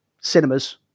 cinemas